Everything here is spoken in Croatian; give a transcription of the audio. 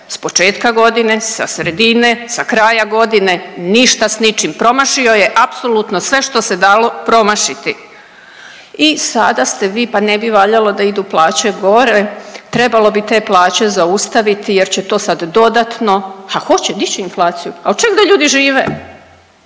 sa početka godine, sa sredine, sa kraja godine. Ništa sa ničim. Promašio je apsolutno sve što se dalo promašiti. I sada ste vi pa ne bi valjalo da idu plaće gore, trebalo bi te plaće zaustaviti jer će to sad dodatno. Ha ko će dić inflaciju? A od čeg da ljudi žive?